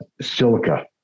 silica